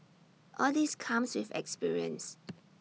all this comes with experience